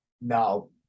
No